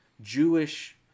Jewish